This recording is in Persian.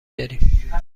داریم